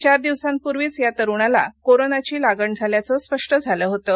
चार दिवसांपुर्वीच या तरूणाला कोरोनाची लागण झाल्याचं स्पष्ट झालं होतं